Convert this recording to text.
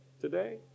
today